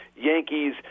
Yankees